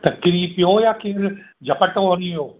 त किरी पियो या केर झपटो हणी वियो